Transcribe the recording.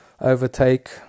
overtake